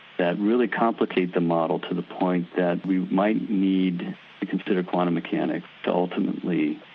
that really complicate the model to the point that we might need quantum mechanics to ultimately,